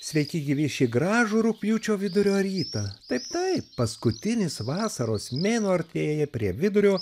sveiki gyvi šį gražų rugpjūčio vidurio rytą taip taip paskutinis vasaros mėnuo artėja prie vidurio